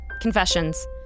Confessions